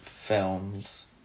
films